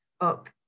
up